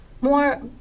more